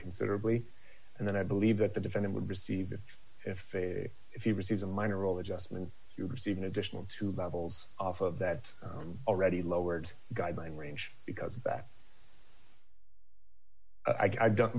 considerably and then i believe that the defendant would receive it fair if you received a minor role adjustment you receive an additional two levels off of that already lowered guideline range because that i